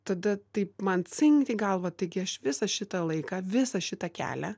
tada taip man cinkt į galvą taigi aš visą šitą laiką visą šitą kelią